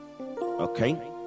okay